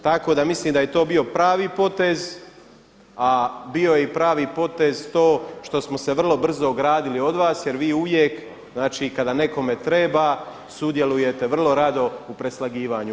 Tako da mislim da je to bio pravi potez a bio je i pravi potez to što smo se vrlo brzo ogradili od vas, jer vi uvijek, znači kada nekome treba sudjelujete vrlo rado u preslagivanju.